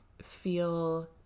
Feel